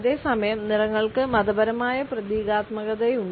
അതേസമയം നിറങ്ങൾക്ക് മതപരമായ പ്രതീകാത്മകതയുമുണ്ട്